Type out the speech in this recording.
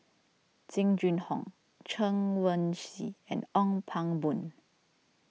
Jing Jun Hong Chen Wen Hsi and Ong Pang Boon